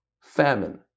famine